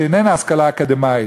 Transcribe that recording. שאיננה השכלה אקדמית,